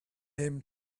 him